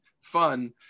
fun